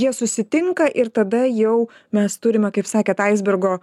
jie susitinka ir tada jau mes turime kaip sakėt aisbergo